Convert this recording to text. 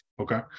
Okay